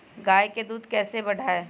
गाय का दूध कैसे बढ़ाये?